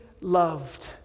loved